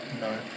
No